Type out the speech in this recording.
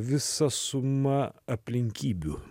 visa suma aplinkybių